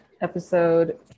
episode